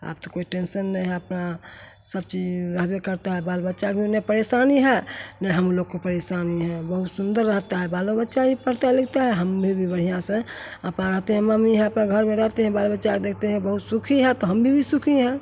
अब तो कोई टेन्शन नहीं है अपना सब चीज़ रहबे करता है बाल बच्चा को बिना परेशानी है न हमलोग को परेशानी है बहुत सुन्दर रहता है बालो बच्चा भी पढ़ता लिखता है हम भी भी बढ़ियाँ से अपन रहते हैं मम्मी हैं अपन घर में रहती हैं बाल बच्चा को देखती हैं बहुत सुखी हैं तो हम भी तो सुखी हैं